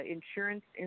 Insurance